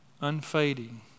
unfading